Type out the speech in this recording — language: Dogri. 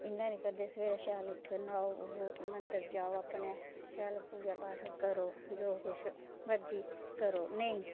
इयां नेईं करदे सबेरे शैल उठो न्हाओ मदंर जाओ अपने शैल पूजा पाठ करो जो कुछ मर्जी करो नेईं